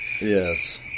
Yes